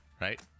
Right